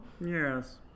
Yes